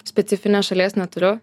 specifinės šalies neturiu